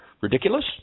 ridiculous